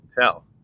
tell